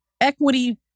equity